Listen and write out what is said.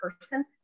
person